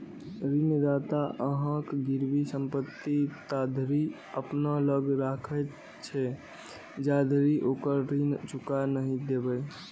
ऋणदाता अहांक गिरवी संपत्ति ताधरि अपना लग राखैत छै, जाधरि ओकर ऋण चुका नहि देबै